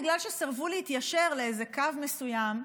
בגלל שסירבו להתיישר לפי איזה קו מסוים,